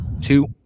two